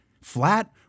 flat